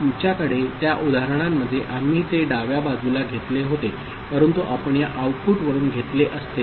आमच्याकडे त्या उदाहरणामध्ये आम्ही ते डाव्या बाजूला घेतले होते परंतु आपण या आउटपुट वरून घेतले असते